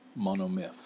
monomyth